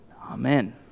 Amen